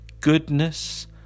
goodness